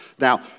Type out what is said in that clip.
Now